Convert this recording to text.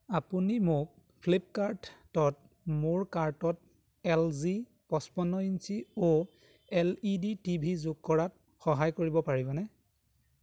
আপুনি মোক ফ্লিপকাৰ্টত মোৰ কাৰ্টত এল জি পঁচপন্ন ইঞ্চি O L E D T V যোগ কৰাত সহায় কৰিব পাৰিবনে